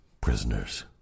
prisoners